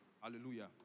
Hallelujah